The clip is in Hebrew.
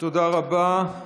תודה רבה.